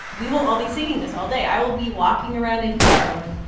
we will all be singing this all day. i will be walking around npr going,